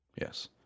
Yes